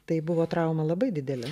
tai buvo trauma labai didelė